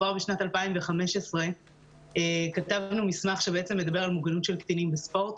כבר בשנת 2015 כתבנו מסמך שמדבר על מוגנות של קטינים בספורט,